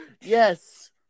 Yes